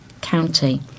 County